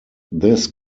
this